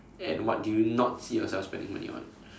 and what did you not see yourself spending money on